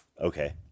okay